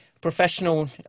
professional